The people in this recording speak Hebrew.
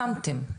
פרסמנו,